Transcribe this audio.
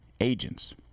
agents